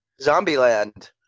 Zombieland